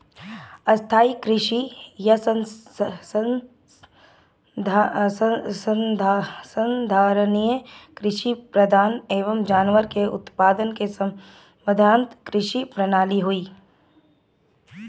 स्थाई कृषि या संधारणीय कृषि पादप एवम जानवर के उत्पादन के समन्वित कृषि प्रणाली हई